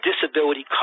disability